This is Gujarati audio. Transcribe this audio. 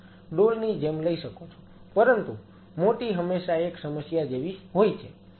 પરંતુ મોટી હંમેશા એક સમસ્યા જેવી હોય છે